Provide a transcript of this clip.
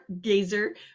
gazer